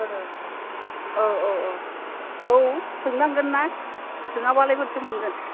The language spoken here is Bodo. औ औ औ औ सोंनांगोनना सोङाबालाय बोरैथो मोनगोन